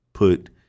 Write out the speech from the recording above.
put